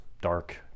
dark